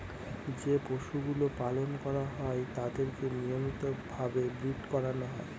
যে পশুগুলো পালন করা হয় তাদেরকে নিয়মিত ভাবে ব্রীড করানো হয়